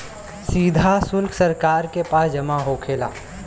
सीधा सुल्क सरकार के पास जमा होखेला